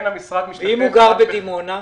אם הוא גר בדימונה?